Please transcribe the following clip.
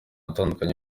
atandukanye